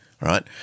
right